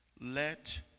let